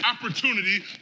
opportunity